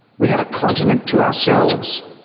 we have a continent to ourselves.